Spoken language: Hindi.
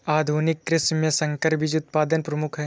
आधुनिक कृषि में संकर बीज उत्पादन प्रमुख है